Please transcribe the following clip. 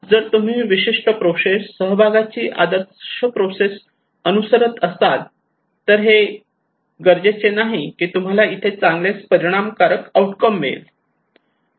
जर तुम्ही विशिष्ट प्रोसेस सहभागाची आदर्श प्रोसेस अनुसरत असाल तर हे गरजेचे नाही की तुम्हाला इथे चांगलेच परिणामकारक आउटकम मिळेल